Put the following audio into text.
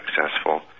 successful